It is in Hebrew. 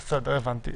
בסדר, הבנתי.